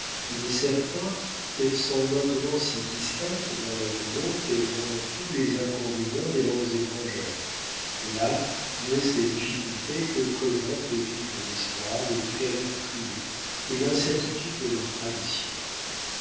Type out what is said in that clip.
il est certain quelles sont maintenant si distinctes dans leurs mots qu'elles ont tous les inconvénients des langues étrangères de là naissent les difficultés que présente l'étude de l'histoire des différentes tribus et l'incertitude de leurs traditions